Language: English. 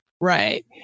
Right